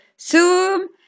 Zoom